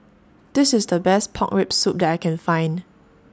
This IS The Best Pork Rib Soup that I Can Find